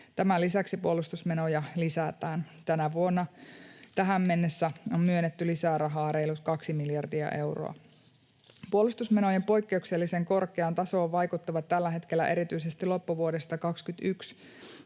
Tämän lisäksi puolustusmenoja lisätään. Tänä vuonna tähän mennessä on myönnetty lisää rahaa reilut kaksi miljardia euroa. Puolustusmenojen poikkeuksellisen korkeaan tasoon vaikuttavat tällä hetkellä erityisesti loppuvuodesta 21